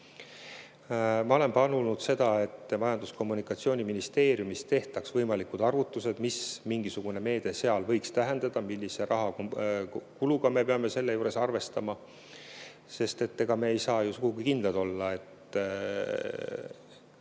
Ma olen palunud, et Majandus‑ ja Kommunikatsiooniministeeriumis tehtaks võimalikud arvutused, mida mingisugune meede võiks tähendada, millise rahakuluga me peame selle juures arvestama. Ega me ei saa ju sugugi kindlad olla,